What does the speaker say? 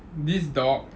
this dog